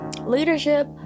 leadership